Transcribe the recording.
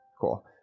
Cool